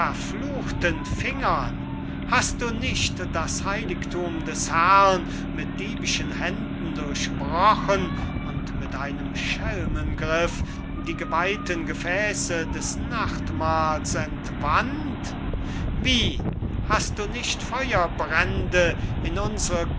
verfluchten fingern hast du nicht das heiligthum des herrn mit diebischen händen durchbrochen und mit einem schelmengriff die geweihten gefässe des nachtmahls entwandt wie hast du nicht feuerbrände in unsere